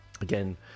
again